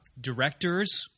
Directors